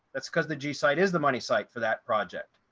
that's because the g site is the money site for that project.